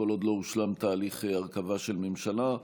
כל עוד לא הושלם תהליך הרכבה של ממשלה.